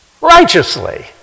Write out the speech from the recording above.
righteously